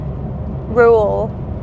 rule